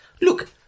Look